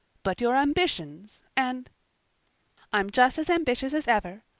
but your ambitions and i'm just as ambitious as ever.